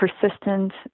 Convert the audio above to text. persistent